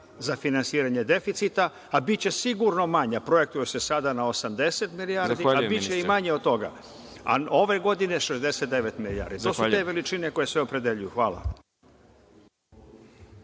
za finansiranje deficita, a biće sigurno manja, projektuje se sada na 80 milijardi, a biće i manja od toga, a ove godine 69 milijardi. To su te veličine koje se opredeljuju.